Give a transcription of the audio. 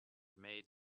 made